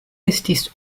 estis